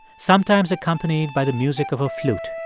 sometimes accompanied by the music of a flute